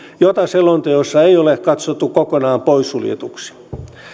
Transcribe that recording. jota selonteossa ei ole katsottu kokonaan poissuljetuksi